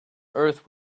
earth